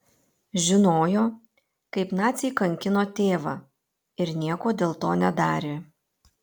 žinojo kaip naciai kankino tėvą ir nieko dėl to nedarė